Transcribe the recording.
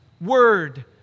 word